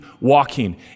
walking